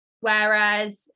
Whereas